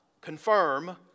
confirm